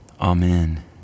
Amen